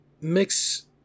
mix